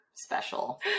special